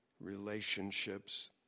relationships